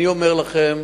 אני אומר לכם: